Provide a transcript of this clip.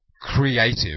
creative